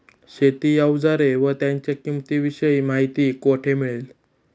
शेती औजारे व त्यांच्या किंमतीविषयी माहिती कोठे मिळेल?